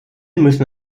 müssen